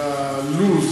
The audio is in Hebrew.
זה הלוז,